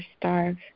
starve